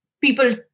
people